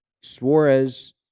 Suarez